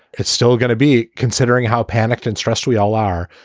it's still gonna be considering how panicked and stressed we all are.